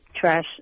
trash